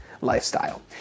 lifestyle